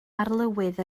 arlywydd